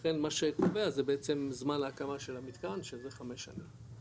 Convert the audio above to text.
ולכן מה שאני אומר זה בעצם זמן להקמה של המתקן שזה חמש שנים.